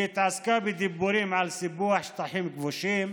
היא התעסקה בדיבורים על סיפוח שטחים כבושים,